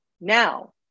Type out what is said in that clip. now